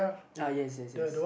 uh yes yes yes